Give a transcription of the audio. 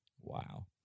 wow